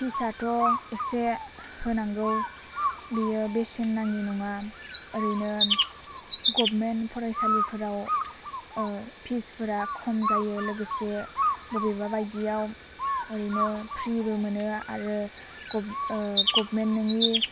पिसाथ' एसे होनांगौ बियो बेसेन नाङि नङा ओरैनो गभमेन्ट फरायसालिफोराव फिसफोरा खम जायो लोगोसे बबेबा बायदियाव ओरैनो फ्रिबो मोनो आरो गभ गभमेन्टनि नङि